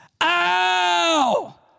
Ow